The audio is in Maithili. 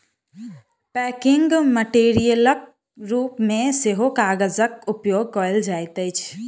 पैकिंग मेटेरियलक रूप मे सेहो कागजक उपयोग कयल जाइत अछि